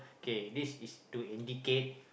kay this is to indicate